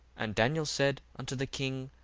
and daniel said unto the king,